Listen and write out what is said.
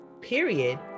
period